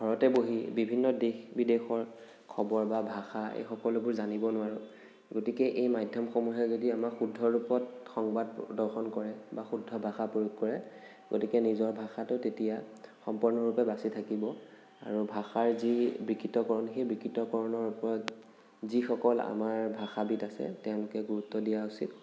ঘৰতে বহি বিভিন্ন দেশ বিদেশৰ খবৰ বা ভাষা এই সকলোবোৰ জানিব নোৱাৰোঁ গতিকে এই মাধ্য়মসমূহে যদি আমাক সুন্দৰৰূপত সংবাদ প্ৰদৰ্শন কৰে বা শুদ্ধ ভাষা প্ৰয়োগ কৰে গতিকে নিজৰ ভাষাটো তেতিয়া সম্পূৰ্ণৰূপে বাচি থাকিব আৰু ভাষাৰ যি বিকৃতকৰণ সেই বিকৃতকৰণৰ ওপৰত যিসকল আমাৰ ভাষাবিদ আছে তেওঁলোকে গুৰুত্ব দিয়া উচিত